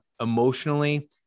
emotionally